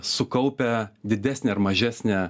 sukaupia didesnę ar mažesnę